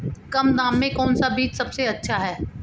कम दाम में कौन सा बीज सबसे अच्छा है?